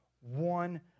one